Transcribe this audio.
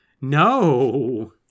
no